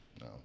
No